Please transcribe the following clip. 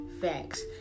Facts